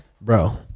bro